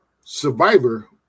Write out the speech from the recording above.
Survivor